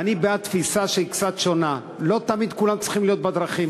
אני בעד תפיסה שהיא קצת שונה: לא תמיד כולם צריכים להיות בדרכים,